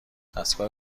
دستگاه